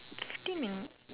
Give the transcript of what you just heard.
fifty minutes